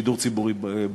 שידור ציבורי בריא.